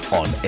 on